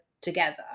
together